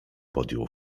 podjął